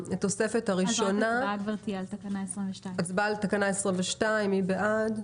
הצבעה על תקנה 22. מי בעד?